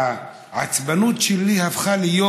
והעצבנות שלי הפכה להיות